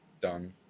done